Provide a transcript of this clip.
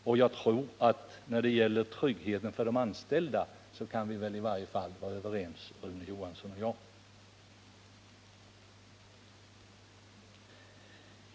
Och i varje fall när det gäller att tillvarata tryggheten för de anställda tror jag att Rune Johansson och jag kan vara överens.